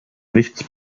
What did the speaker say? nichts